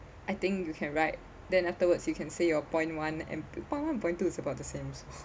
I think you can write then afterwards you can see your point one and point one point two it's about the same